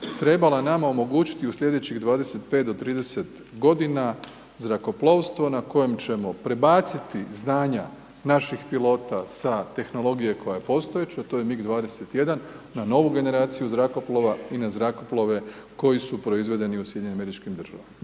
trebala nama omogućiti u slijedećih 25 do 30 godina zrakoplovstvo na kojem ćemo prebaciti znanja naših pilota sa tehnologije koja je postojeća to je MIG 21 na novu generaciju zrakoplova i na zrakoplove koji su proizvedeni u SAD-u. Činjenica da